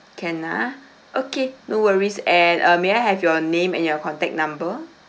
can ah okay no worries and uh may I have your name and your contact number